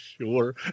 sure